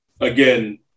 Again